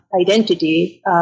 identity